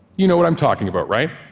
you know what i'm talking about, right?